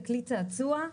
ככלי צעצוע,